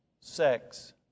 sex